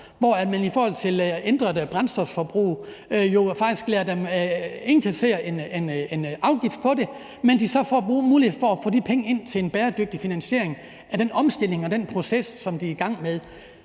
hvor man i forhold til at ændre brændstofforbruget jo faktisk lader dem indkassere en afgift på det, men hvor de så får mulighed for at få de penge ind til en bæredygtig finansiering af den omstilling og den proces, som de er i gang med.